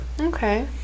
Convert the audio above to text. Okay